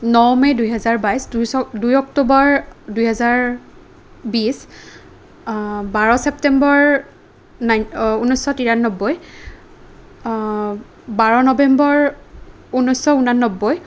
ন May দুহেজাৰ বাইছ দুই অক্টোবৰ দুহেজাৰ বিছ বাৰ ছেপ্টেম্বৰ ঊনৈছশ তিৰানব্বৈ বাৰ নৱেম্বৰ ঊনৈছশ ঊনান্নব্বৈ